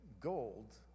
gold